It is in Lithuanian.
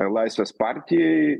laisvės partijai